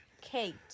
Kate